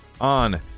on